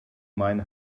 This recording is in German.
mein